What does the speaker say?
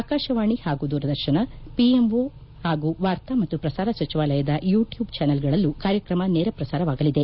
ಆಕಾಶವಾಣಿ ಹಾಗೂ ದೂರದರ್ಶನ ಪಿಎಂಬ ಹಾಗೂ ವಾರ್ತಾ ಮತ್ತು ಪ್ರಸಾರ ಸಚಿವಾಲಯದ ಯೂಟ್ಲೂಬ್ ಚಾನಲ್ಗಳಲ್ಲೂ ಕಾರ್ಯಕ್ರಮ ನೇರ ಪ್ರಸಾರವಾಗಲಿದೆ